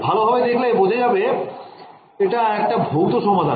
ভালো ভাবে দেখলে বোঝা যাবে এটা একটা ভৌত সমাধান